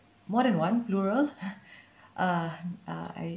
more than one plural uh uh I